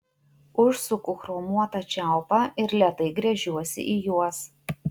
užsuku chromuotą čiaupą ir lėtai gręžiuosi į juos